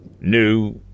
New